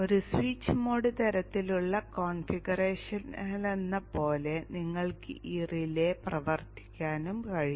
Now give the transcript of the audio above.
ഒരു switch mode തരത്തിലുള്ള കോൺഫിഗറേഷനിലെന്നപോലെ നിങ്ങൾക്ക് ഈ റിലേ പ്രവർത്തിക്കാനും കഴിയും